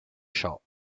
show